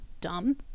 dumb